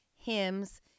hymns